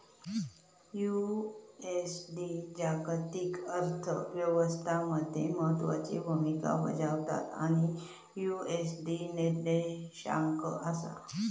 USD जागतिक अर्थ व्यवस्था मध्ये महत्त्वाची भूमिका बजावता आणि यु.एस.डी निर्देशांक असा